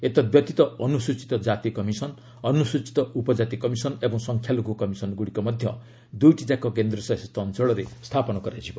ଏତଦ୍ବ୍ୟତୀତ ଅନୁସ୍ରଚିତ କ୍ରାତି କମିଶନ ଅନୁସୂଚିତ ଉପଜାତି କମିଶନ ଓ ସଂଖ୍ୟାଲଘୁ କମିଶନ ଗୁଡ଼ିକ ମଧ୍ୟ ଦୁଇଟିଯାକ କେନ୍ଦ୍ରଶାସିତ ଅଞ୍ଚଳରେ ସ୍ଥାପନ କରାଯିବ